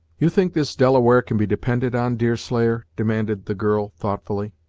you think this delaware can be depended on, deerslayer? demanded the girl, thoughtfully.